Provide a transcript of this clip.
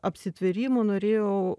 apsitvėrimų norėjau